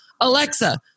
alexa